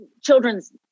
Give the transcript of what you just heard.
children's